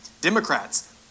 Democrats